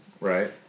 Right